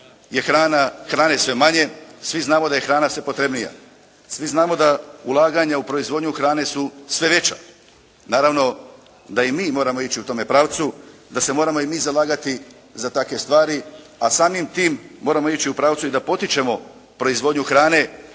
hrane sve manje, svi znamo da je hrana sve potrebnija, svi znamo da ulaganja u proizvodnju hrane su sve veća. Naravno, da i mi moramo ići u tome pravcu, da se moramo i mi zalagati za takve stvari, a samim tim moramo ići u pravcu i da potičemo proizvodnju hrane,